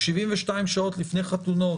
72 שעות לפני חתונות,